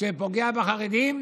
שפוגע בחרדים,